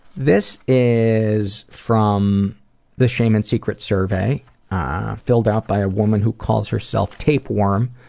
this is from the shame and secrets survey filled out by a woman who calls herself tape worm,